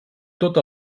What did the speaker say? tot